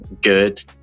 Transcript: good